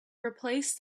replace